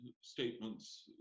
statements